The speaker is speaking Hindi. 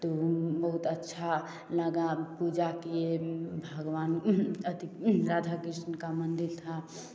तो बहुत अच्छा लगा पूजा किए भगवान अति राधा कृष्ण का मंदिर था